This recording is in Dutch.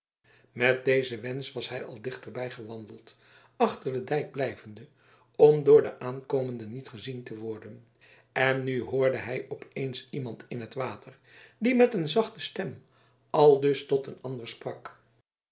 met dezen wensch was hij al dichterbij gewandeld achter den dijk blijvende om door de aankomenden niet gezien te worden en nu hoorde hij opeens iemand in het water die met een zachte stem aldus tot een ander sprak